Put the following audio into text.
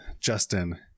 Justin